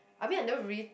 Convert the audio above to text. I mean I never read